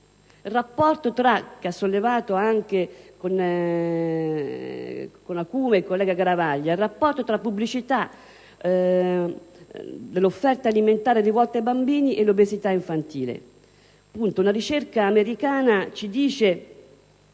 al rapporto tra pubblicità nell'offerta alimentare rivolta ai bambini e obesità infantile. Da una ricerca americana emerge